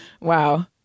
Wow